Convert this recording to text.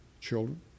children